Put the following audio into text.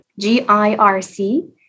GIRC